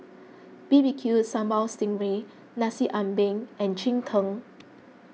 B B Q Sambal Sting Ray Nasi Ambeng and Cheng Tng